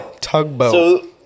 tugboat